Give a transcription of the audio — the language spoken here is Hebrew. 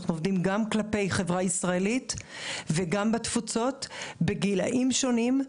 אנחנו עובדים גם כלפי חברה ישראלית וגם בתפוצות ובגילאים שונים,